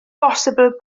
bosibl